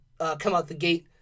come-out-the-gate